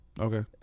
Okay